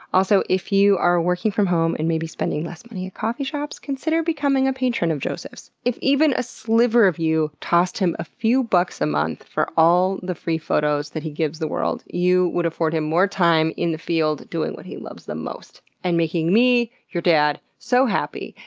also, if you are working from home and maybe spending less money at coffee shops, consider becoming a patron of joseph's. if even a sliver of you tossed him a few bucks a month for all the free photos that he gives the world, you would afford him more time in the field doing what he loves most, and making me, your dad, so happy.